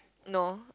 no